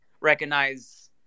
recognize